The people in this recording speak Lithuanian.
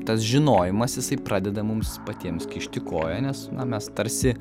tas žinojimas jisai pradeda mums patiems kišti koją nes na mes tarsi